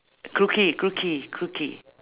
crookie crookie crookie